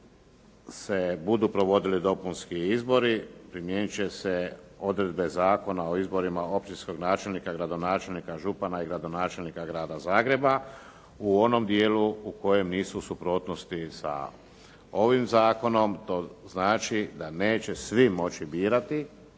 se budu provodili dopunski izbori primijenit će se odredbe Zakona o izborima općinskog načelnika, gradonačelnika, župana i gradonačelnika Grada Zagreba u onom dijelu u kojem nisu u suprotnosti s ovim zakonom. To znači da neće svi moći birati